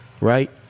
right